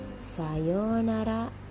Sayonara